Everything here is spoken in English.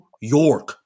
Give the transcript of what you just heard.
York